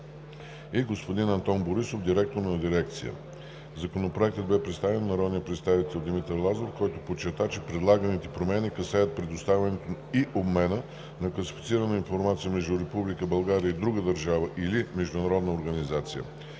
и господин Антон Борисов – директор на дирекция в ДКСИ. Законопроектът бе представен от народния представител Димитър Лазаров, който подчерта, че предлаганите промени касаят предоставянето и обмена на класифицирана информация между Република България и друга държава или международна организация.